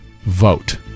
Vote